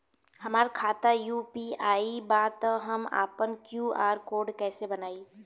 हमार खाता यू.पी.आई बा त हम आपन क्यू.आर कोड कैसे बनाई?